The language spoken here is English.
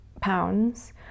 pounds